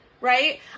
Right